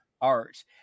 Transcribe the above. art